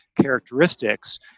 characteristics